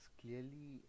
clearly